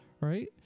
right